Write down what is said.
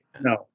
No